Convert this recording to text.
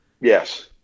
Yes